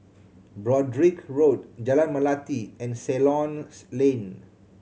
Broadrick Road Jalan Melati and Ceylon Lane